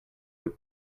des